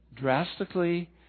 drastically